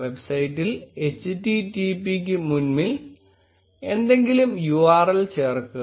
വെബ്സൈറ്റിൽ http ക്കു മുന്നിൽ ഏതെങ്കിലും URL ചേർക്കുക